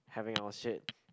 having our shit